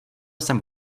jsem